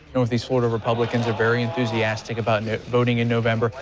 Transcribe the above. northeast florida republicans are very enthusiastic about voting in november.